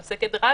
היא עוסקת רק